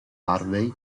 harvey